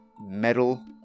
metal